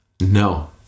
No